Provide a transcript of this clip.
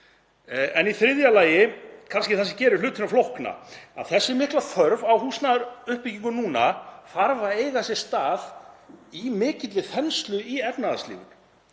En í þriðja lagi, og kannski það sem gerir hlutina flókna, þarf þessi mikla þörf á húsnæðisuppbyggingu núna að eiga sér stað í mikilli þenslu í efnahagslífinu